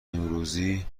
امروزی